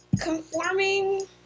conforming